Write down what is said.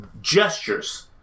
gestures